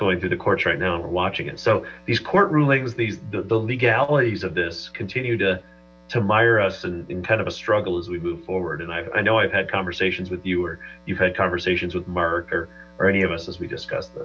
going through the courts right now we're watching it so these court rulings these the legalities of this continue to to mire us in kind of a struggle as we move forward and i know i've had conversations with you or you've had conversations with marker or any of us as we discuss